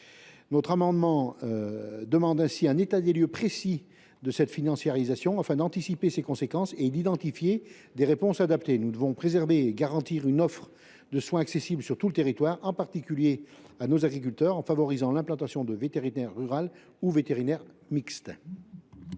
Notre amendement vise ainsi à obtenir un état des lieux précis de cette financiarisation afin d’en anticiper les conséquences et d’identifier des réponses adaptées. Nous devons préserver et garantir une offre de soins accessible sur tout le territoire, en particulier pour nos agriculteurs, en favorisant l’implantation de vétérinaires ruraux ou de vétérinaires mixtes.